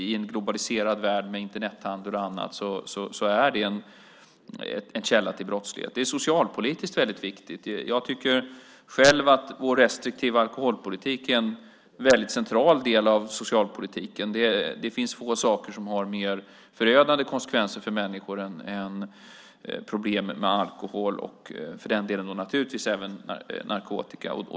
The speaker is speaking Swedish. I en globaliserad värld med Internethandel och annat är det en källa till brottslighet. Det är socialpolitiskt väldigt viktigt. Jag tycker själv att vår restriktiva alkoholpolitik är en väldigt central del av socialpolitiken. Det finns få saker som har mer förödande konsekvenser för människor än problem med alkohol, och för den delen naturligtvis även narkotika.